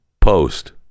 post